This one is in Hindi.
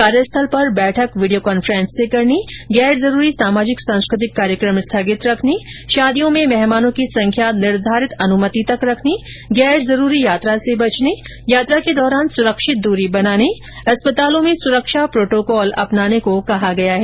कार्यस्थल पर बैठक वीडियो कांफ्रेस से करने गैर जरूरी सामाजिक सांस्कृतिक कार्यक्रम स्थगित रखने शादियों में मेहमानों की संख्या निर्धारित अनुमति तक रखने गैर जरूरी यात्रा से बचने यात्रा के दौरान सुरक्षित दूरी बनाने अस्पतालों में सुरक्षा प्रोर्टोकॉल अपनाने को कहा गया है